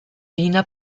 wiener